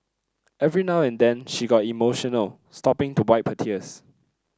every now and then she got emotional stopping to wipe her tears